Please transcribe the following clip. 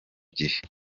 gihe